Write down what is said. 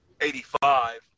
Eighty-five